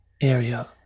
area